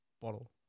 bottle